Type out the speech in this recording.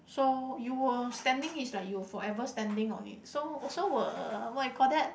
so you were standing is like you forever standing on it so so were uh what you call that